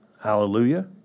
Hallelujah